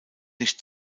nicht